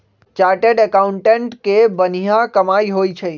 chartered accountant के बनिहा कमाई होई छई